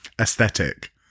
aesthetic